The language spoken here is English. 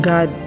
God